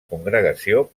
congregació